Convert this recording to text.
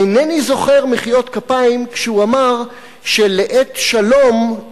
מחיאות כפיים כשהוא אמר שלעת שלום,